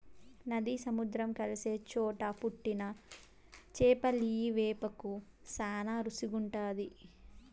నది, సముద్రం కలిసే చోట పుట్టిన చేపలియ్యి వేపుకు శానా రుసిగుంటాది